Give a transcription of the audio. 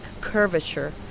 curvature